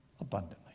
abundantly